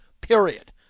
period